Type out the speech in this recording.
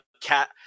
cat